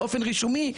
באופן רישומי,